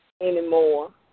anymore